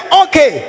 okay